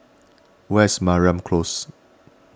where is Mariam Close